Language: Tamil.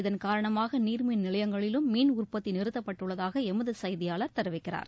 இதன் காரணமாக நீா்மின் நிலையங்களிலும் மின் உற்பத்தி நிறுத்தப்பட்டுள்ளதாக எமது செய்தியாளர் தெரிவிக்கிறார்